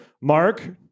Mark